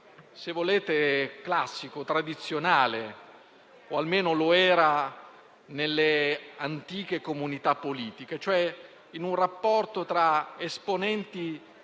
se volete, classico e tradizionale (o almeno lo era nelle antiche comunità politiche), cioè in un rapporto tra esponenti